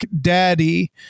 daddy